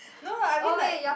no I mean like